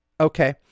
Okay